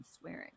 swearing